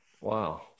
Wow